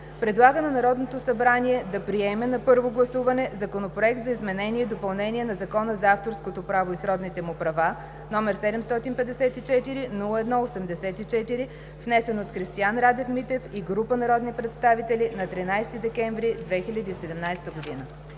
предлага на Народното събрание да приема на първо гласуване Законопроект за изменение и допълнение на Закона за авторското право и сродните му права, № 754-01-84, внесен от Христиан Радев Митев и група народни представители на 13 декември 2017 г.